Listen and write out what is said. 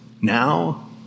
now